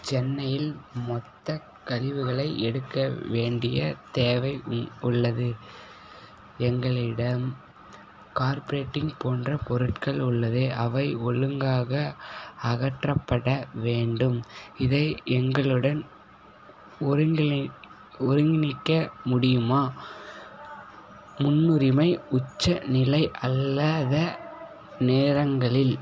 சென்னையில் மொத்தக் கழிவுகளை எடுக்க வேண்டிய தேவை உள் உள்ளது எங்களிடம் கார்ப்ரேட்டிங் போன்றப் பொருட்கள் உள்ளது அவை ஒழுங்காக அகற்றப்பட வேண்டும் இதை எங்களுடன் ஒருங்கிணை ஒருங்கிணைக்க முடியுமா முன்னுரிமை உச்சநிலை அல்லாத நேரங்களில்